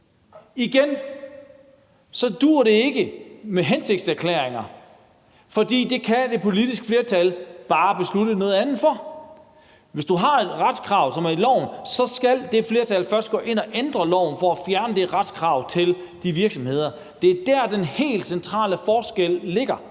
sige, at det ikke duer med hensigtserklæringer. For der kan et politisk flertal bare beslutte noget andet. Men hvis du har et retskrav, som er i loven, så skal det flertal først gå ind og ændre loven for at fjerne det retskrav til de virksomheder. Det er der, den helt centrale forskel ligger,